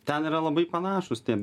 ten yra labai panašūs tie